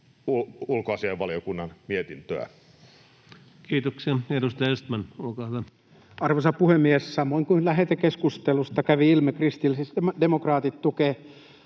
ulkoasiainvaliokunnan mietintöä. Kiitoksia. — Edustaja Östman, olkaa hyvä. Arvoisa puhemies! Kuten lähetekeskustelusta kävi ilmi, kristillisdemokraatit tukevat